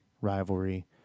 rivalry